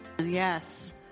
Yes